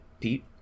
Pete